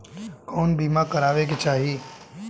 कउन बीमा करावें के चाही?